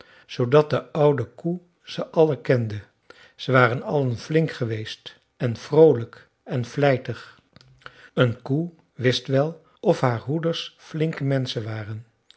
zoodat de oude koe ze allen kende ze waren allen flink geweest en vroolijk en vlijtig een koe wist wel of haar hoeders flinke menschen waren